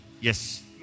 yes